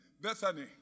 Bethany